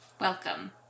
Welcome